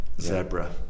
Zebra